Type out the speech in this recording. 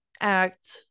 act